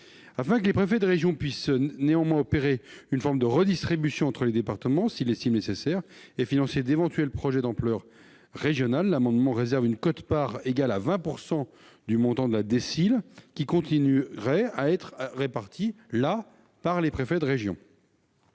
Afin que les préfets de région puissent néanmoins opérer une forme de redistribution entre les départements, s'ils l'estiment nécessaire, et financer d'éventuels projets d'ampleur régionale, une quote-part égale à 20 % du montant de la DSIL est réservée, qui continuerait à être répartie par le préfet de région.